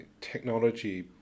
technology